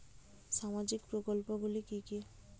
সামাজিক প্রকল্পগুলি কি কি?